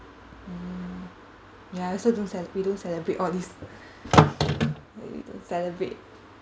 mm ya I also don't cele~ we don't celebrate all this we don't celebrate